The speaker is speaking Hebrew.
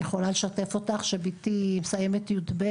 אני יכולה לשתף אותך שביתי מסיימת י"ב